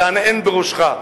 תהנהן בראשך,